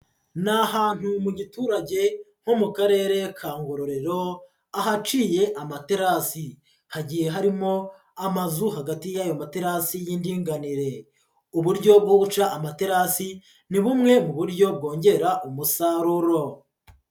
Ni ahantu mu giturage ho mu karere ka Ngororero ahaciye amaterasi, hagiye harimo amazu hagati yayo materasi y'indinganire, uburyo bwo guca amaterasi ni bumwe mu buryo bwongera umusaruro.